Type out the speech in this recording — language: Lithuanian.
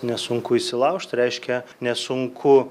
nesunku įsilaužti reiškia nesunku